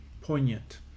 poignant